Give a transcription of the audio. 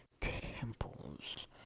temples